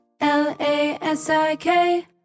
L-A-S-I-K